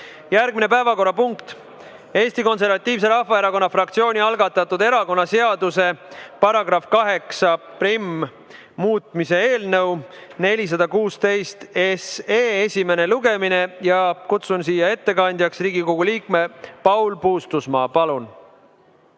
Järgmine päevakorrapunkt: Eesti Konservatiivse Rahvaerakonna fraktsiooni algatatud erakonnaseaduse § 81muutmise seaduse eelnõu 416 esimene lugemine. Kutsun siia ettekandjaks Riigikogu liikme Paul Puustusmaa. Palun!